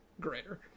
greater